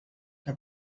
que